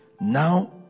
now